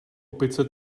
opice